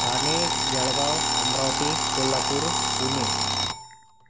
Thane Jalgaon Amravati Kolhapur Pune